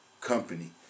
company